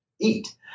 eat